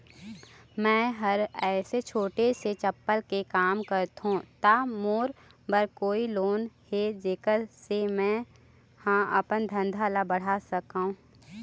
मैं हर ऐसे छोटे से चप्पल के काम करथों ता मोर बर कोई लोन हे जेकर से मैं हा अपन धंधा ला बढ़ा सकाओ?